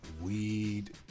Weed